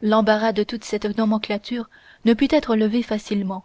l'embarras de toute cette nomenclature ne put être levé facilement